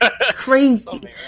Crazy